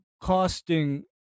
costing